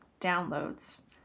downloads